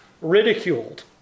ridiculed